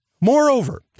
Moreover